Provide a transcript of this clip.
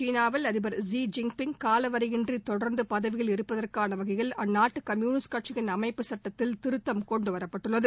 சீனாவின் அதிபர் Xi Jinping காலவரையின்றி தொடர்ந்து பதவியில் இருப்பதற்கான வகையில் அந்நாட்டு கம்யூனிஸ்ட் கட்சியின் அமைப்பு சுட்டத்தில் திருத்தம் கொண்டுவரப்பட்டுள்ளது